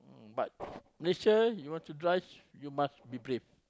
but Malaysia you want to drive you must be brave